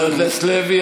חבר הכנסת לוי,